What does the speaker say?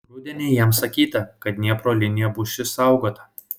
rudenį jam sakyta kad dniepro linija bus išsaugota